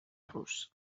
rus